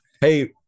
Hey